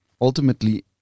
Ultimately